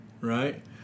right